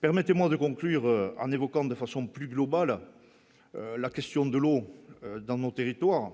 Permettez-moi de conclure en évoquant de façon plus globale à la question de l'eau dans nos territoires,